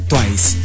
Twice